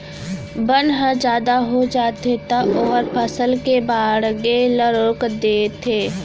बन ह जादा हो जाथे त ओहर फसल के बाड़गे ल रोक देथे